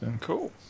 Cool